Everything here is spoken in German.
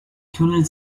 tunnel